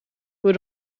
door